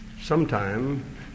Sometime